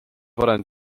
varem